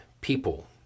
people